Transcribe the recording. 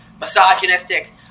misogynistic